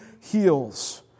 heals